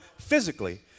physically